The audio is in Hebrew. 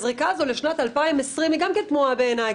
הזריקה הזו לשנת 2020 היא גם כן תמוהה בעיני,